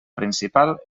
principal